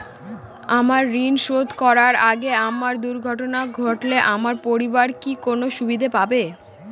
আমার ঋণ শোধ করার আগে আমার দুর্ঘটনা ঘটলে আমার পরিবার কি কোনো সুবিধে পাবে?